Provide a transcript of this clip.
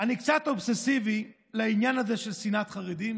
אני קצת אובססיבי לעניין הזה של שנאת החרדים,